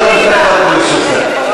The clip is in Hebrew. שלוש דקות לרשותך.